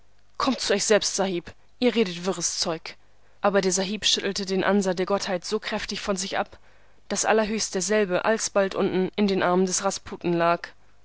kommt zu euch selbst sahib ihr redet wirres zeug aber der sahib schüttelte den ansa der gottheit so kräftig von sich ab daß allerhöchst derselbe alsbald unten in den armen des rasputen lag